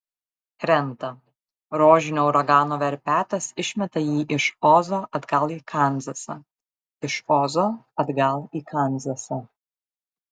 krenta rožinio uragano verpetas išmeta jį iš ozo atgal į kanzasą iš ozo atgal į kanzasą